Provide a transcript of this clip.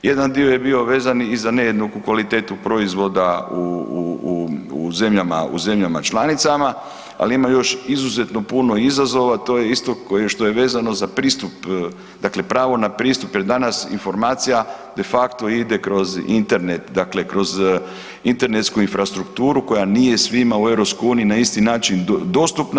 Jedan dio je bio vezan i za nejednaku kvalitetu proizvoda u zemljama članicama, ali ima još izuzetno puno izazova to je isto kao što je vezano za pristup dakle pravo na pristup, jer danas informacija de facto ide kroz Internet dakle, kroz internetsku infrastrukturu koja nije svima u Europskoj uniji na isti način dostupna.